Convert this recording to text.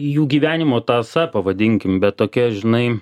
jų gyvenimo tąsa pavadinkim bet tokia žinai